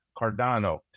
Cardano